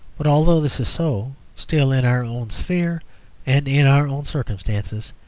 but, although this is so, still, in our own sphere and in our own circumstances,